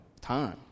time